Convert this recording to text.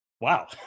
Wow